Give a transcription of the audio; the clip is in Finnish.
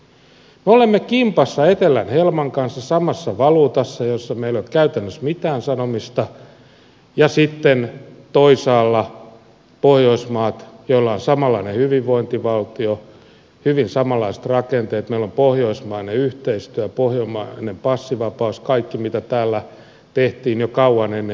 me olemme kimpassa etelän helman kanssa samassa valuutassa jossa meillä ei ole käytännössä mitään sanomista ja sitten toisaalla ovat pohjoismaat joilla on samanlainen hyvinvointivaltio hyvin samanlaiset rakenteet meillä on pohjoismainen yhteistyö pohjoismainen passivapaus kaikki mitä täällä tehtiin jo kauan ennen euroopan unionia